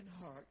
heart